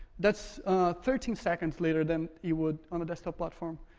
that's thirteen seconds later than you would on a desktop platform.